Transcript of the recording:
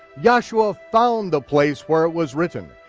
yahshua found the place where it was written,